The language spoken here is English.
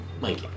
Mike